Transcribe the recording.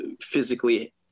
physically